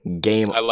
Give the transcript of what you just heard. Game